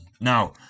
Now